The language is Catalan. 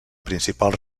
principal